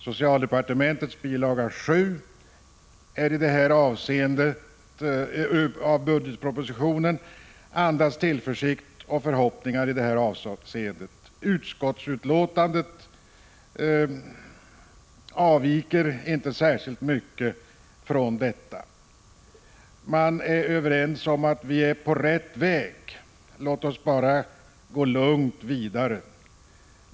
Socialdepartementets bilaga 7 till budgetpropositionen andas tillförsikt och förhoppningar. Utskottets betänkande avviker inte särskilt mycket från detta. Man är överens om att vi är på rätt väg. Låt oss bara gå lugnt vidare.